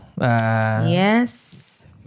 yes